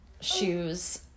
shoes